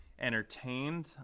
entertained